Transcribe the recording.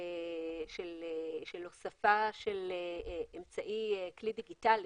הוספת אמצעי כלי דיגיטלי